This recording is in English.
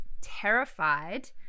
terrified